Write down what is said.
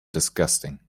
disgusting